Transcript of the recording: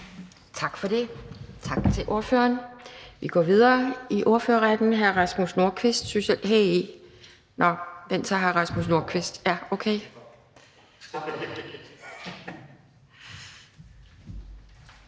Kjærsgaard): Tak til ordføreren. Vi går videre i ordførerrækken. Hr. Rasmus Nordqvist,